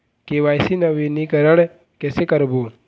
KYC नवीनीकरण कैसे करबो?